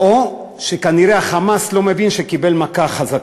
או שכנראה ה"חמאס" לא מבין שקיבל מכה חזקה.